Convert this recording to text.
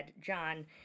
John